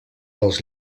dels